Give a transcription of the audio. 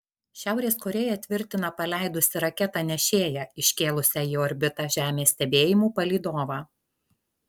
šiaurės korėja tvirtina paleidusi raketą nešėją iškėlusią į orbitą žemės stebėjimų palydovą